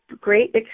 great